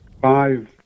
five